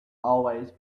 always